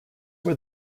were